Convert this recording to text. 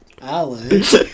Alex